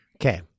Okay